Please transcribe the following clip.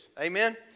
Amen